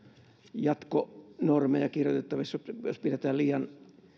jatkonormeja kirjoitettavissa jos pidetään liian